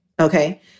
Okay